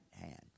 hand